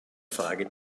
frage